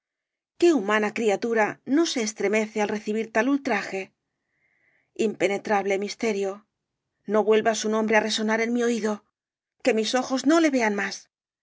qué humana criatura no se estremece al recibir tal ultraje impenetrable misterio no vuelva su nombre á resonar en mi oído que mis ojos no le vean más